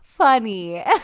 funny